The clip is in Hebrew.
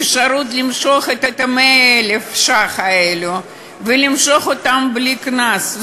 אפשרות למשוך את 100,000 השקל האלה ולמשוך אותם בלי קנס,